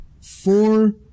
four